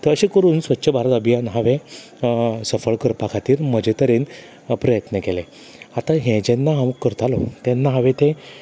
तर अशे करून स्वच्छ भारत अभियान हांवें सफळ करपा खातीर म्हजे तरेन प्रयत्न केले आतां हें जेन्ना हांव करतालो तेन्ना हांवें तें